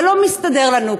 זה לא מסתדר לנו,